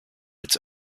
its